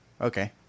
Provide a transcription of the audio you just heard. Okay